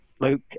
Luke